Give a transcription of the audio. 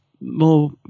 more